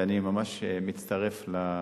ואני ממש מצטרף לקריאה,